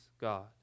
God